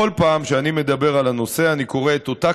בכל פעם שאני מדבר על הנושא אני קורא את אותה